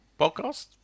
podcast